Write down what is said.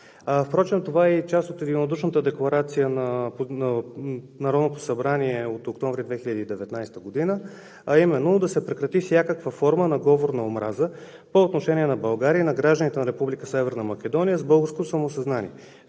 Впрочем това е и част от единодушната декларация на Народното събрание от октомври 2019 г., а именно да се прекрати всякаква форма на говорна омраза по отношение на България и на гражданите на Република Северна Македония с българско самосъзнание,